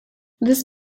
this